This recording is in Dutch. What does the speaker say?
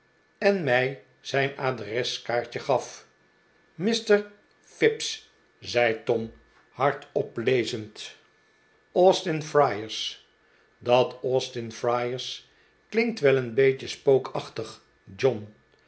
en mij zijn adreskaartje gaf mr fips zei tom hardop lezend austin friars dat austin friars klinkt wel een beetje spookachtig john